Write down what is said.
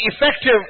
effective